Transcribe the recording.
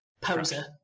poser